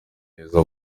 neza